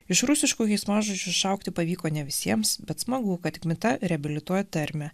iš rusiškų keiksmažodžių išaugti pavyko ne visiems bet smagu kad kmita reabilituoja termę